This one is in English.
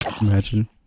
imagine